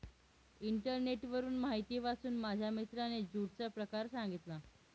इंटरनेटवरून माहिती वाचून माझ्या मित्राने ज्यूटचा प्रकार सांगितला